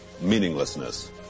meaninglessness